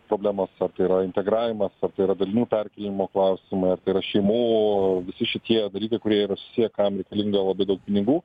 problemos ar tai yra integravimas ar tai yra dalinių perkėlimo klausimai ar tai yra šeimų visi šitie dalykai kurie susiję kam reikalinga labai daug pinigų